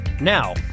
Now